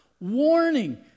warning